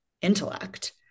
intellect